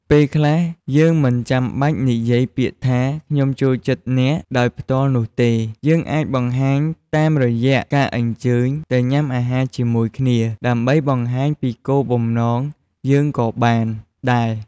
ពេលខ្លះ យើងមិនចាំបាច់និយាយពាក្យថា "ខ្ញុំចូលចិត្តអ្នក" ដោយផ្ទាល់នោះទេ យើងអាចបង្ហាញតាមរយះការអញ្ជើញទៅញ៉ាំអាហារជាមួយគ្នាដើម្បីបង្ហាញពីគោលបំណងយើងក៏បានដែរ។